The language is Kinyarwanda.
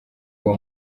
uwo